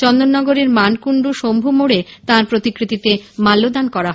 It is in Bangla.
চন্দননগরের মানকুন্ডু শম্ভু মোড়ে তাঁর প্রতিকৃতিতে মাল্যদান করা হয়